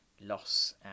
loss